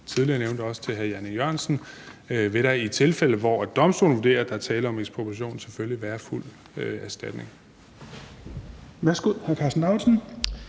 tidligere nævnte, også for hr. Jan E. Jørgensen – i tilfælde, hvor domstolene vurderer, at der er tale om ekspropriation, selvfølgelig være fuld erstatning.